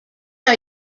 are